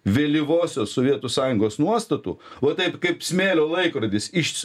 vėlyvosios sovietų sąjungos nuostatų va taip kaip smėlio laikrodis iš